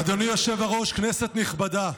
אדוני היושב-ראש, כנסת נכבדה,